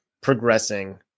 progressing